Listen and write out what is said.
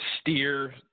steer